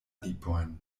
lipojn